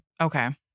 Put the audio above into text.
Okay